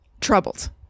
troubled